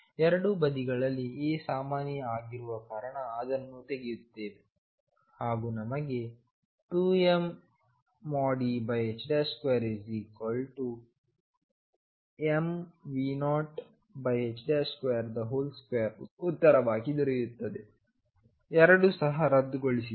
ಎರಡು ಬದಿಗಳಲ್ಲಿA ಸಾಮಾನ್ಯ ಆಗಿರುವ ಕಾರಣ ಅದನ್ನು ತೆಗೆಯುತ್ತೇವೆ ಹಾಗೂ ನಮಗೆ2mE2mV022 ಉತ್ತರ ಉತ್ತರವಾಗಿ ದೊರೆಯುತ್ತದೆ 2 ಸಹ ರದ್ದುಗೊಳಿಸಿದೆ